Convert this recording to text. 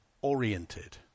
oriented